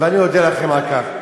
ואני אודה לכם על כך.